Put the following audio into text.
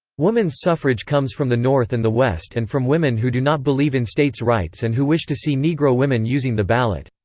woman's suffrage comes from the north and the west and from women who do not believe in state's rights and who wish to see negro women using the ballot.